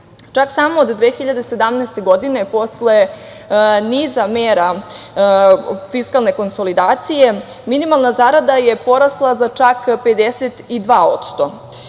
Čak samo od 2017. godine, posle niza mera fiskalne konsolidacije minimalna zarada je porasla za 52%,